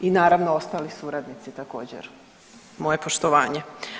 I naravno ostalo suradnici također, moje poštovanje.